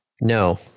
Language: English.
No